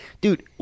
dude